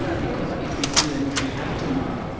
because if we do and if we have to move,